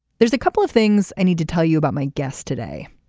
there's a couple of things i need to tell you about my guest today.